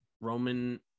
Roman